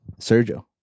Sergio